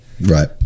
right